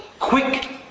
quick